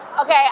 Okay